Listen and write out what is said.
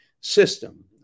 system